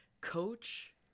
coach